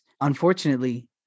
unfortunately